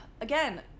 again